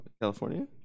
california